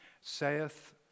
saith